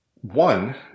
one